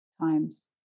times